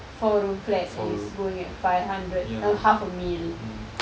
four room flat and it's going at five hundred ugh half a mil